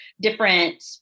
different